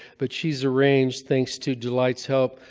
but she's arranged, thanks to delight's help,